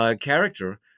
character